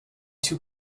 too